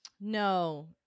no